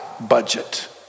budget